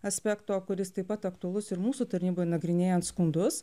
aspekto kuris taip pat aktualus ir mūsų tarnyboj nagrinėjant skundus